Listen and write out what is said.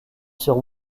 sur